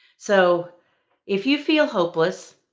so if you feel hopeless,